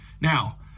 Now